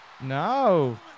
No